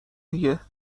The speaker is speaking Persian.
دیگه